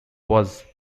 was